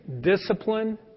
discipline